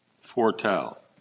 foretell